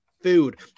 Food